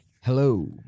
Hello